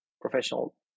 professional